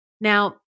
Now